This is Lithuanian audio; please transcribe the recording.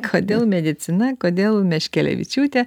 kodėl medicina kodėl meškelevičiūtė